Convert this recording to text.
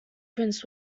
prints